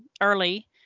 early